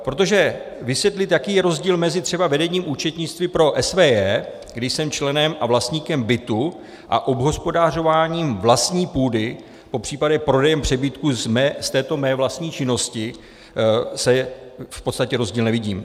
Protože vysvětlit, jaký je rozdíl mezi třeba vedením účetnictví pro SVJ, kdy jsem členem a vlastníkem bytu, a obhospodařováním vlastní půdy, popřípadě prodejem přebytků z této mé vlastní činnosti, v podstatě rozdíl nevidím.